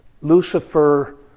Lucifer